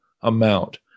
amount